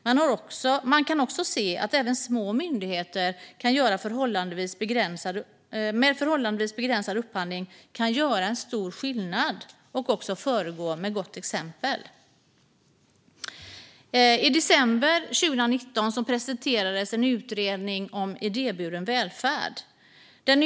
Man kan också se att även små myndigheter med förhållandevis begränsad upphandling kan göra stor skillnad och föregå med gott exempel. I december 2019 presenterades en utredning om idéburen välfärd.